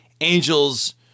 angels